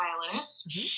violinist